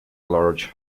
large